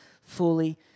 fully